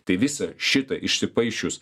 tai visą šitą išsipaišius